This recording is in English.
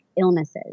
illnesses